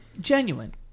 genuine